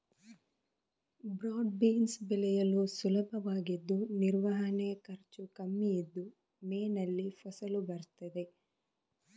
broad beans ಬೆಳೆಯಲು ಸುಲಭವಾಗಿದ್ದು ನಿರ್ವಹಣೆ ಖರ್ಚು ಕಮ್ಮಿ ಇದ್ದು ಮೇನಲ್ಲಿ ಫಸಲು ಬರ್ತದೆ